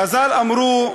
חז"ל אמרו,